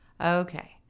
okay